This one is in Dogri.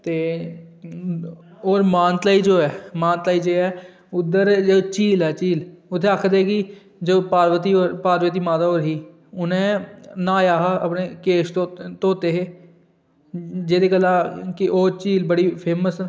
होर मानतलाई जो ऐ मानतलाई उद्धर झील ऐ झील उद्धर आक्खदे कि जो पार्वती माता होर ही उनें न्हाया हा ते अपने केश धोते हे जेह्दे गल्ला कि ओह् झील बड़ी फेमस